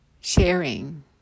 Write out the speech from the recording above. sharing